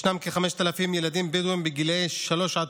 ישנם כ-5,000 ילדים בדואים בגיל שלוש עד